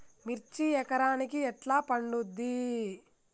మిర్చి ఎకరానికి ఎట్లా పండుద్ధి?